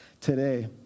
today